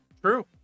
True